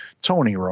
Tony